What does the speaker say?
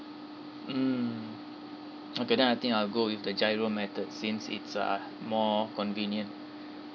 mm okay then I think I'll go with the GIRO method since it's uh more convenient